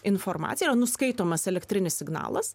informacija yra nuskaitomas elektrinis signalas